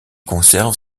conserve